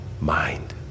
mind